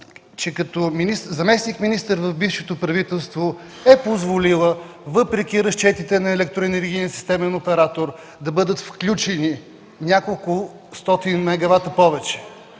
че като заместник-министър в бившето правителство е позволила, въпреки разчетите на електроенергиен системен оператор, да бъдат включени неколкостотин мегавата повече.